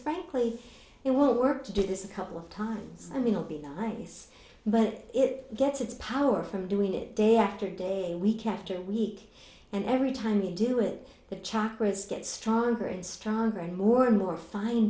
frankly it won't work to do this a couple of times and we'll be nice but it gets its power from doing it day after day week after week and every time we do it the chakras get stronger and stronger and more and more fine